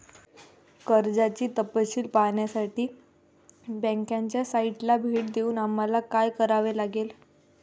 कर्जाचे तपशील पाहण्यासाठी बँकेच्या साइटला भेट देऊन आम्हाला काय करावे लागेल?